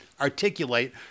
articulate